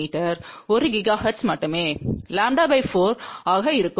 me 1 ஜிகாஹெர்ட்ஸில் மட்டுமே λ 4 ஆக இருக்கும்